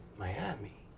miami?